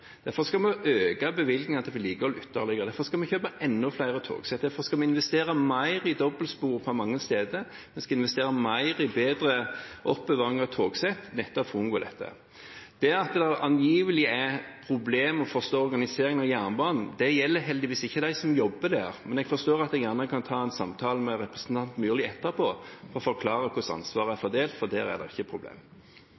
Derfor skal vi øke bevilgningene til vedlikehold ytterligere. Derfor skal vi kjøpe enda flere togsett. Derfor skal vi investere mer i dobbeltspor mange steder. Vi skal investere mer i bedre oppbevaring av togsett, nettopp for å unngå dette. At det angivelig er problemer med å forstå organiseringen av jernbanen, gjelder heldigvis ikke de som jobber der, men jeg forstår at jeg gjerne kan ta en samtale med representanten Myrli etterpå for å forklare hvordan ansvaret er